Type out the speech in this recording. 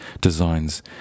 designs